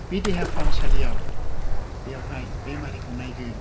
बे देहा फाहामसालियाव बेवहाय बेमारिखौ नायगोन